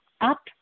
up